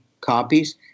copies